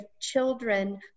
children